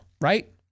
right